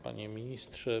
Panie Ministrze!